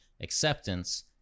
acceptance